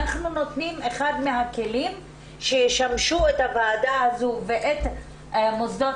אנחנו נותנים אחד מהכלים שישמשו את הוועדה הזאת ואת מוסדות